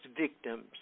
victims